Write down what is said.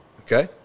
okay